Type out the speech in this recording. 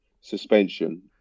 suspension